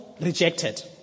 rejected